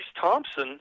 Thompson